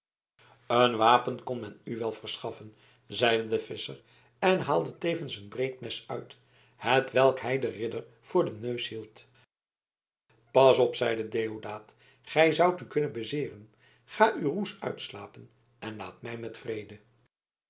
een wapen kon men u wel verschaffen zeide de visscher en haalde tevens een breed mes uit hetwelk hij den ridder voor den neus hield pas op zeide deodaat gij zoudt u kunnen bezeeren ga uw roes uitslapen en laat mij met vrede